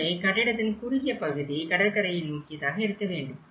எனவே கட்டிடத்தின் குறுகிய பகுதி கடற்கரையை நோக்கியதாக இருக்க வேண்டும்